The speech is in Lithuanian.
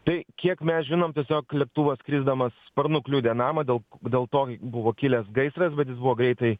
tai kiek mes žinom tiesiog lėktuvas skrisdamas sparnu kliudė namą dėl dėl to buvo kilęs gaisras bet jis buvo greitai